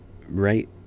Right